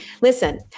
Listen